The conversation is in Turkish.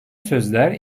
sözler